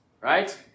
right